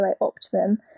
Optimum